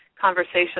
conversation